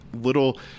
little –